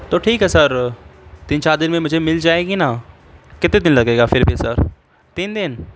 تو ٹھیک ہے سر تین چار دن میں مجھے مل جائے گی نا کتنے دن لگے گا پھر بھی سر تین دن